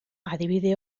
adibide